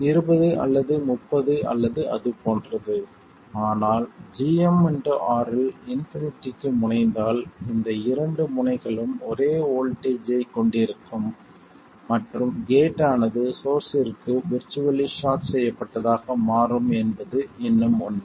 இருபது அல்லது முப்பது அல்லது அது போன்றது ஆனால் gm RL இன்பினிட்டிக்கு முனைந்தால் இந்த இரண்டு முனைகளும் ஒரே வோல்ட்டேஜ் ஐக் கொண்டிருக்கும் மற்றும் கேட் ஆனது சோர்ஸ்ற்கு விர்ச்சுவல்லி ஷார்ட் செய்யப்பட்டதாக மாறும் என்பது இன்னும் உண்மை